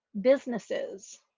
businesses